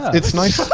it's nice.